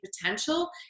potential